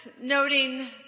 noting